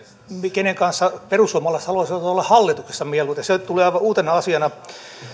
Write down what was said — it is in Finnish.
kenen kanssa perussuomalaiset haluaisivat olla hallituksessa mieluiten se tuli aivan uutena asiana